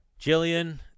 Jillian